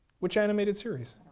which animated series?